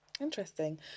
interesting